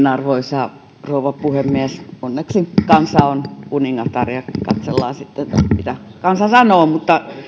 arvoisa rouva puhemies onneksi kansa on kuningatar ja katsellaan sitten mitä kansa sanoo mutta